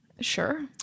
Sure